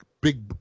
big